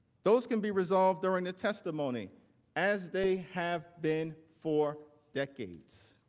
those can be resolved during testimony as they have been for decades.